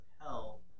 hell